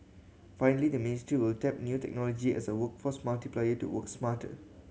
finally the ministry will tap new technology as a workforce multiplier to work smarter